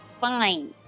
fine